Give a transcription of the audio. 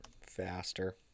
faster